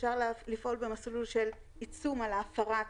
אפשר לפעול במסלול של עיצום על ההפרה עצמה,